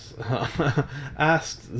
Asked